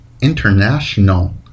international